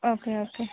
okay okay